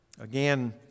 Again